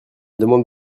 demande